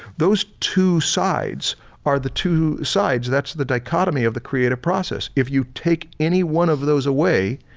those two sides are the two sides that's the dichotomy of the creative process. if you take any one of those away,